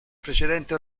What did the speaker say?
precedente